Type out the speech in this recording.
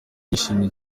yishimiye